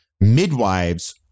midwives